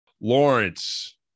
Lawrence